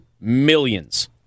millions